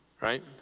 right